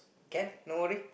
can no worry